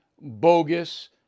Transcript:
bogus